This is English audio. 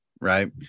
right